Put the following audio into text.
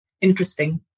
interesting